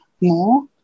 more